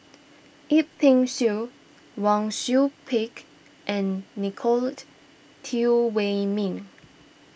Yip Pin Xiu Wang Sui Pick and Nicolette Teo Wei Min